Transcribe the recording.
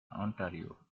ontario